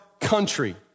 country